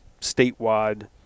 statewide